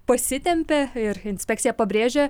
pasitempė ir inspekcija pabrėžia